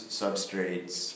substrates